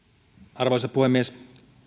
arvoisa puhemies